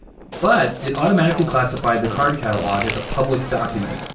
but it automatically classified the card catalog as a public document.